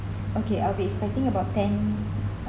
okay I'll be expecting about ten